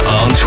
on